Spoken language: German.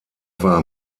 war